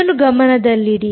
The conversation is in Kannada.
ಇದನ್ನು ಗಮನದಲ್ಲಿಡಿ